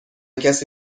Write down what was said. کسی